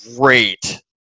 great